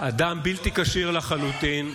אדם בלתי כשיר לחלוטין.